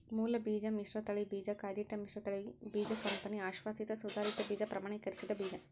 ಮೂಲಬೀಜ ಮಿಶ್ರತಳಿ ಬೀಜ ಕಾಯ್ದಿಟ್ಟ ಮಿಶ್ರತಳಿ ಬೀಜ ಕಂಪನಿ ಅಶ್ವಾಸಿತ ಸುಧಾರಿತ ಬೀಜ ಪ್ರಮಾಣೀಕರಿಸಿದ ಬೀಜ